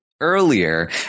earlier